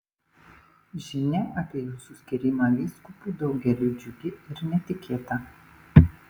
žinia apie jūsų skyrimą vyskupu daugeliui džiugi ir netikėta